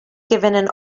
given